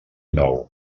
nou